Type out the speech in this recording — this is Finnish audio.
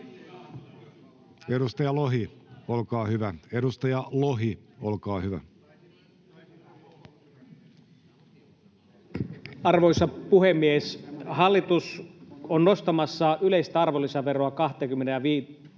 Edustaja Lohi, olkaa hyvä. Arvoisa puhemies! Hallitus on nostamassa yleistä arvonlisäveroa 25,5